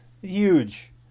Huge